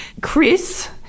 Chris